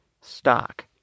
stock